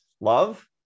love